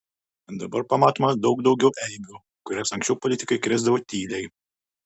dabar pamatoma daug daugiau eibių kurias anksčiau politikai krėsdavo tyliai